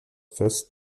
fest